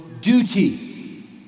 duty